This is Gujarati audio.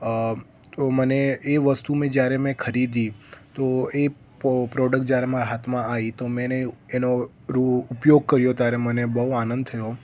અ તો મને એ વસ્તુ મેં જ્યારે મેં ખરીદી તો અ એ પ્રોડક્ટ જ્યારે મારા હાથમાં આવી તો મેં એને એનો રૂ ઉપયોગ કર્યો ત્યારે મને બહુ આનંદ થયો